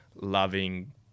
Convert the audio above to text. loving